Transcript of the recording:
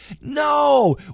No